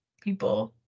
people